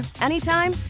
anytime